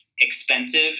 Expensive